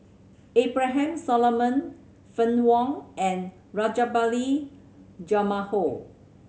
Abraham Solomon Fann Wong and Rajabali Jumabhoy